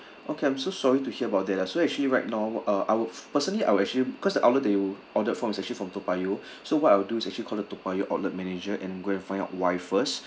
okay I'm so sorry to hear about that lah so actually right now uh I will personally I will actually cause the outlet that you ordered from is actually from toa payoh so what I'll do is actually call the toa payoh outlet manager and go and find out why first